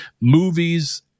movies